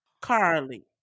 Carly